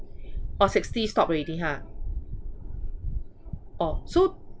orh sixty stopped already ha orh so